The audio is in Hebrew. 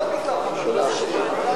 לא בגלל חבר הכנסת מולה, אלא